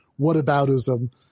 whataboutism